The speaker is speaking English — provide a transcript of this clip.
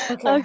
Okay